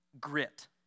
Grit